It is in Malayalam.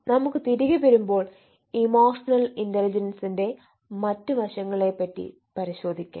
നമുക്ക് തിരികെ വരുമ്പോൾ ഇമോഷണൽ ഇന്റലിജൻസിന്റെ മറ്റ് വശങ്ങളെ പറ്റി പരിശോധിക്കാം